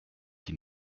qui